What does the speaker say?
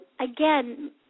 again